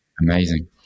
amazing